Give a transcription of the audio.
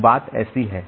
तो बात ऐसी है